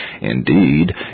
Indeed